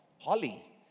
Holly